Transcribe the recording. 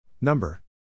Number